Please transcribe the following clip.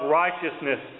righteousness